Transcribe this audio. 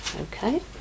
Okay